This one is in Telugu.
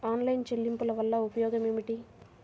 ఆన్లైన్ చెల్లింపుల వల్ల ఉపయోగమేమిటీ?